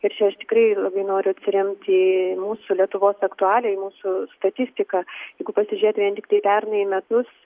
ir čia aš tikrai labai noriu atsiremti į mūsų lietuvos aktualiją į mūsų statistiką jeigu pasižiūrėti vien tiktai pernai metus